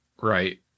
Right